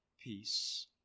Peace